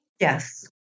Yes